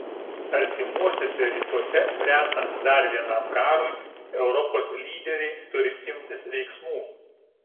artimuosiuose rytuose bręstant dar vienam karui europos lyderiai turi imtis veiksmų